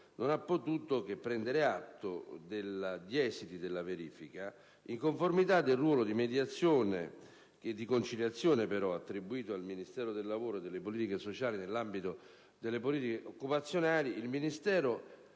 non ha potuto che prendere atto degli esiti della verifica in conformità del ruolo di mediazione e di conciliazione attribuito al Ministero stesso nell'ambito delle politiche occupazionali.